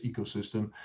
ecosystem